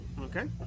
Okay